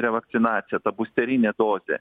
revakcinacija ta būsterinė dozė